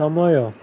ସମୟ